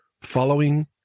following